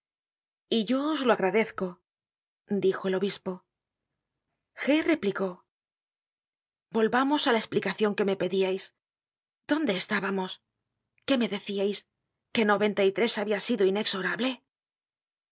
y yo os lo agradezco dijo el obispo g replicó volvamos á la esplicacion que me pedíais dónde estábamos qué me deciais que noventa y tres habia sido inexorable